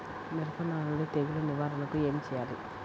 మిరపలో నానుడి తెగులు నివారణకు ఏమి చేయాలి?